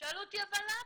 שאלו אותי "אבל למה",